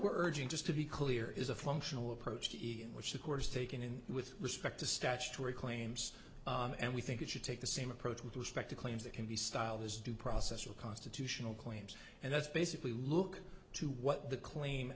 we're urging just to be clear is a functional approach to ian which accords taken in with respect to statutory claims and we think it should take the same approach with respect to claims that can be styled as due process or constitutional claims and that's basically look to what the claim